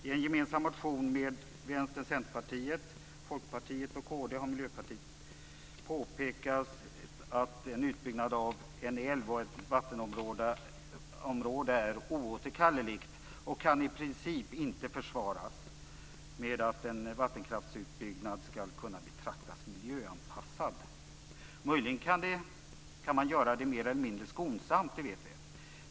I en gemensam motion med Vänstern, Centerpartiet, Folkpartiet, Kristdemokraterna och Miljöpartiet påpekas att en utbyggnad av en älv eller ett vattenområde är oåterkallelig och kan i princip inte försvaras med att en vattenkraftsutbyggnad skall kunna betraktas som miljöanpassad. Möjligen kan man göra det mer eller mindre skonsamt, det vet vi.